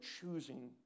choosing